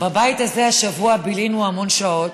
בבית הזה השבוע בילינו המון שעות,